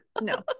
no